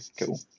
Cool